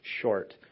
short